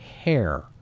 hair